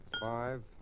five